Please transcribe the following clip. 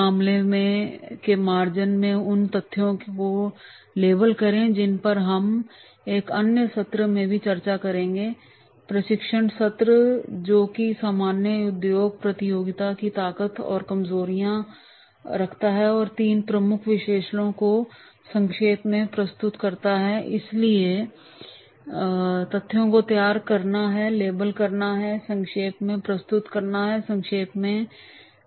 मामले के मार्जिन में उन तथ्यों को लेबल करें जिन पर हम एक अन्य सत्र में भी चर्चा करेंगे प्रशिक्षण सत्र और जो कि सामान्य उद्योग प्रतियोगिता की ताकत और कमजोरियां हैं और तीन प्रमुख विश्लेषणों को संक्षेप में प्रस्तुत करेंगे इसलिए तथ्यों को तैयार करना लेबल करना और संक्षेप में प्रस्तुत करना संक्षेप में प्रस्तुत करना होगा